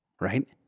right